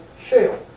shale